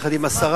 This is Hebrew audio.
יחד עם השרה,